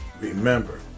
Remember